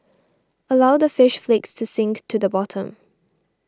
allow the fish flakes to sink to the bottom